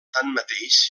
tanmateix